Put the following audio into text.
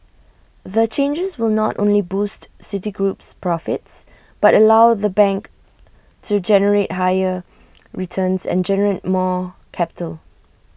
the changes will not only boost Citigroup's profits but allow the bank to generate higher returns and generate more capital